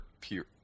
pure